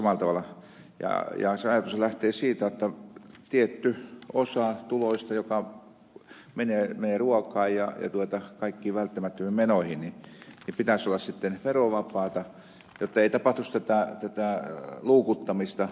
se ajatushan lähtee siitä että tietyn osan tuloista joka menee ruokaan ja kaikkiin välttämättömiin menoihin pitäisi olla verovapaata jottei tapahtuisi tätä luukuttamista